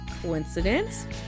coincidence